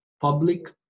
public